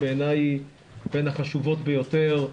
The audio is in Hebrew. בעיני היא בין החשובות ביותר,